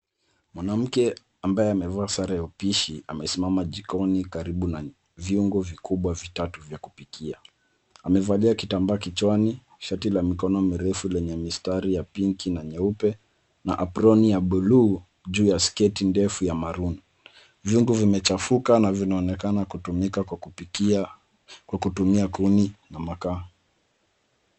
Mwanamke, ambaye amevaa sare ya upishi amesimama jikoni karibu na viungo vikubwa vitatu vya kupikia. Amevalia kitambaa kichwani, shati la mikono mirefu lenye mistari ya pinki na nyeupe, na aproni ya bluu juu ya sketi ndefu ya maroon . Viungo vimechafuka, vinaonekana kutumika kwa kupikia kwa kutumia kuni na makaa.